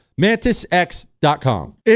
MantisX.com